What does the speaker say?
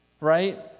right